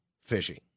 fishy